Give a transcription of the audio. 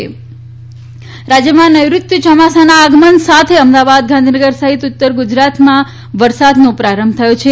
વરસાદ રાજયમાં નેઋત્ય ચોમાસાના આગમન સાથે અમદાવાદ ગાંધીનગર સહિત ઉત્તર ગુજરાતમાં વરસાદનો પ્રારંભ થયો છે